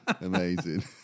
Amazing